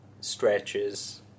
stretches